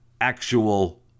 actual